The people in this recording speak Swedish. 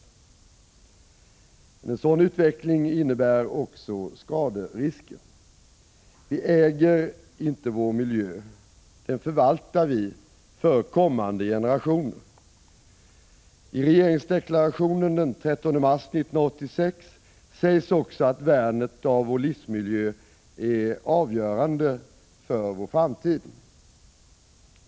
Men en sådan utveckling innebär också skaderisker. Vi äger inte vår miljö. Den förvaltar vi för kommande generationer. I regeringsdeklarationen den 13 mars 1986 sades också att värnet av vår livsmiljö är avgörande för vår framtid.